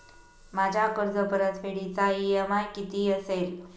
माझ्या कर्जपरतफेडीचा इ.एम.आय किती असेल?